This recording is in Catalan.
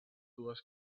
dues